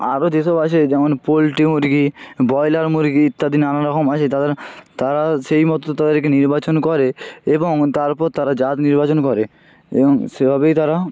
আরও যেসব আছে যেমন পোল্ট্রি মুরগি ব্রয়লার মুরগি ইত্যাদি নানারকম আছে তাদের তারা সেই মতো তাদেরকে নির্বাচন করে এবং তারপর তারা জাত নির্বাচন করে এবং সেভাবেই তারা